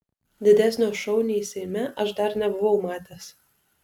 didesnio šou nei seime aš dar nebuvau matęs